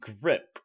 grip